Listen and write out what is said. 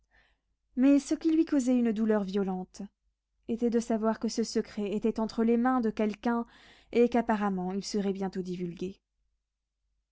mais ce qui lui causait une douleur violente était de savoir que ce secret était entre les mains de quelqu'un et qu'apparemment il serait bientôt divulgué